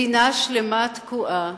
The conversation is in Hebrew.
מדינה שלמה תקועה